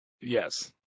Yes